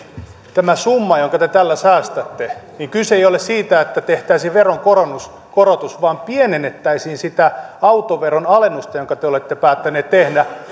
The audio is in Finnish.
tämä summa jonka te tällä säästätte kyse ei ole siitä että tehtäisiin veronkorotus vaan pienennettäisiin sitä autoveron alennusta jonka te olette päättäneet tehdä